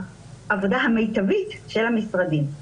בעבודה המיטבית של המשרדים.